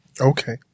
Okay